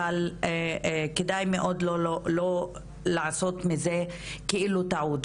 אבל כדאי מאוד לא לעשות מזה כאילו טעות,